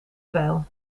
dweil